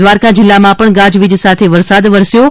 દ્વારકા જિલ્લામાં પણ ગાજવીજ સાથે વરસાદ વરસ્યો છે